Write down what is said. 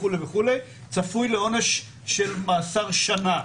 צפוי לעונש מאסר שנה.